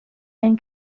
been